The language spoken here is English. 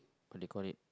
what do you call it